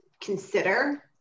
consider